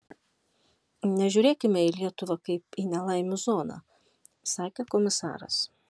nežiūrėkime į lietuvą kaip į nelaimių zoną sakė komisaras